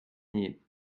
nier